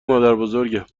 مادربزرگم